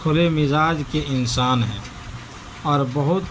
کھلے مزاج کے انسان ہیں اور بہت